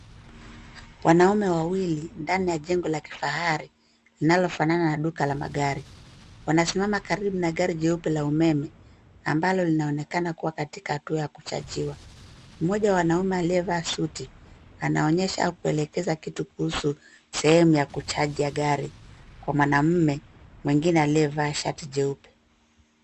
Wanaume wawili ndani ya jengo la kifahari, linalofanana na duka la magari. Wanasimama karibu na gari jeupe la umeme ambalo linaonekana kuwa katika hatua ya kichajiwa. Mmoja wa wanaume aliyevaa suti anaonyesha kuelekeza kitu kuhusu sehemu ya kuchaji ya gari kwa mwanaume mwingine aliyevaa shati jeupe.